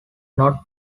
not